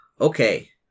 Okay